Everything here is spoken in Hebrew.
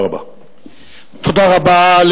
תודה רבה.